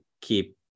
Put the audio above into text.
keep